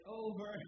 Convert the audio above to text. over